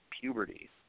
puberty